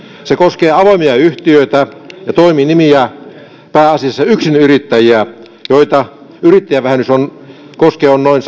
se koskee avoimia yhtiöitä ja toiminimiä pääasiassa yksinyrittäjiä yrittäjävähennys on koskenut noin